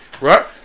right